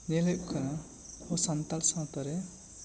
ᱧᱮᱞ ᱦᱩᱭᱩᱜ ᱠᱟᱱᱟ ᱟᱵᱚ ᱥᱟᱱᱛᱟᱲ ᱥᱟᱶᱛᱟ ᱨᱮ